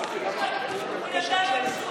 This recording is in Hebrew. הוא נתן לו אישור